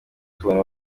tubona